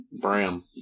Bram